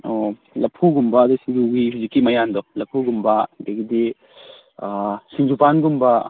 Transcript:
ꯑꯣ ꯂꯐꯨꯒꯨꯝꯕ ꯑꯗꯨ ꯁꯤꯡꯖꯨꯒꯤ ꯍꯧꯖꯤꯛꯀꯤ ꯃꯌꯥꯝꯗꯣ ꯂꯐꯨꯒꯨꯝꯕ ꯑꯗꯒꯤꯗꯤ ꯁꯤꯡꯖꯨ ꯄꯥꯟꯒꯨꯝꯕ